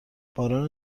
باران